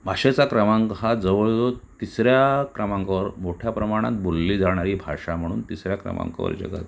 भाषेचा क्रमांक हा जवळजवळ तिसऱ्या क्रमांकावर मोठ्या प्रमाणात बोलली जाणारी भाषा म्हणून तिसऱ्या क्रमांकावर जगात